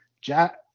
Jack